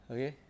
Okay